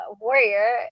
warrior